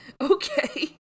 Okay